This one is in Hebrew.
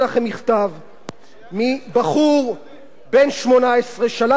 מבחור בן 18, שלח לי את זה לפני כמה ימים.